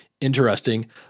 interesting